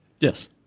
Yes